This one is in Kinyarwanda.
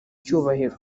cyubahiro